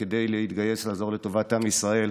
וכדי להתגייס לעזור לטובת עם ישראל.